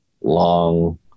long